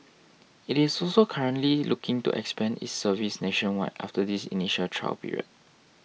it is also currently looking to expand its service nationwide after this initial trial period